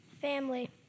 Family